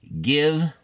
give